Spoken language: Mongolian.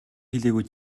хэлээгүй